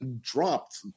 dropped